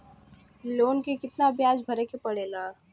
Loan के कितना ब्याज भरे के पड़े ला?